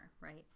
right